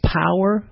power